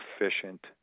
efficient